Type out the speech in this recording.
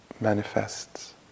manifests